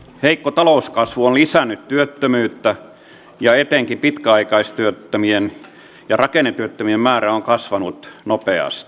heikko talouskasvu on lisännyt työttömyyttä ja etenkin pitkäaikaistyöttömien ja rakennetyöttömien määrä on kasvanut nopeasti